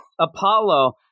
Apollo